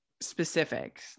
specifics